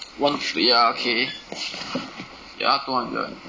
one wait ah okay ya two hundred